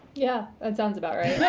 yeah, that sounds about right. yeah